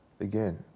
Again